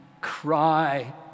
cry